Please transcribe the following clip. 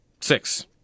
six